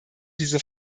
diese